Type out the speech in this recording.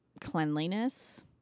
cleanliness